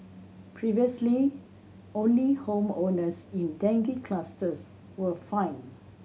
previously only home owners in dengue clusters were fined